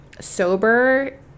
sober